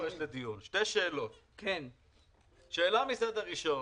נמצאות כאן לדיון, שאלה ראשונה,